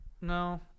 No